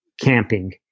camping